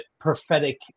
prophetic